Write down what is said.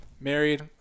married